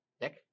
Nick